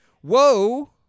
whoa